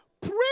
Pray